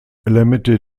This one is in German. elemente